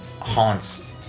haunts